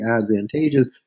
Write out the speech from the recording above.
advantageous